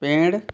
पेड़